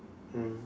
mm